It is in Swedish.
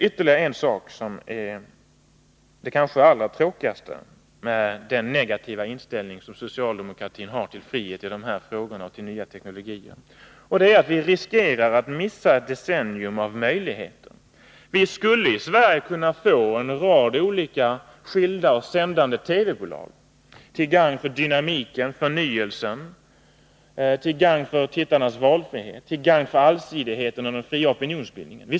Ytterligare en sak, som kanske är det allra tråkigaste med den negativa inställning som socialdemokratin har till frihet i dessa frågor och till nya teknologier, är att vi riskerar att missa ett decennium av möjligheter. Vi skulle i Sverige kunna få en rad olika, skilda sändande TV-bolag till gagn för dynamiken och förnyelsen, till gagn för tittarnas valfrihet, till gagn för allsidigheten och den fria opinionsbildningen.